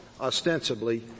ostensibly